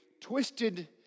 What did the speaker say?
twisted